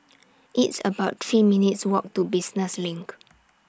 It's about three minutes' Walk to Business LINK